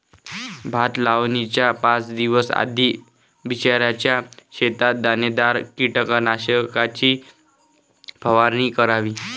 भात लावणीच्या पाच दिवस आधी बिचऱ्याच्या शेतात दाणेदार कीटकनाशकाची फवारणी करावी